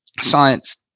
science